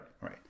right